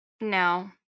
No